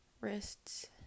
wrists